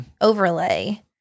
overlay